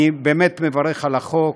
אני באמת מברך על החוק,